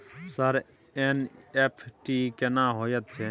Sir NEFT केना होयत छै?